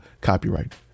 copyright